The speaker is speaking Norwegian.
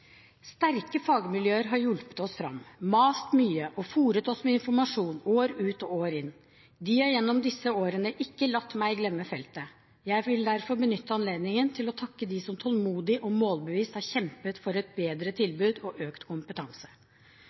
Sterke fagmiljøer har hjulpet oss fram, mast mye og fôret oss med informasjon år ut og år inn. De har gjennom disse årene ikke latt meg glemme feltet. Jeg vil derfor benytte anledningen til å takke dem som tålmodig og målbevisst har kjempet for et bedre tilbud og økt kompetanse.